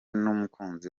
n’umukunzi